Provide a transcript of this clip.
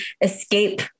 escape